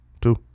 two